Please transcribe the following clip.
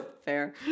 Fair